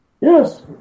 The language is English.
Yes